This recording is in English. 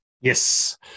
Yes